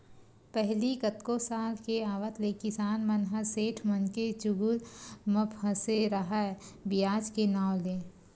पहिली कतको साल के आवत ले किसान मन ह सेठ मनके चुगुल म फसे राहय बियाज के नांव ले